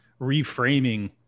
reframing